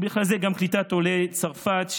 ובכלל זה קליטת עולי צרפת,